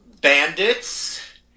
bandits